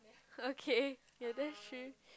okay ya that's true